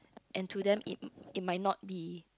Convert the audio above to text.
and to them it it might not be